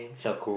charcoal